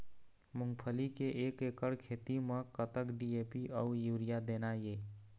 मूंगफली के एक एकड़ खेती म कतक डी.ए.पी अउ यूरिया देना ये?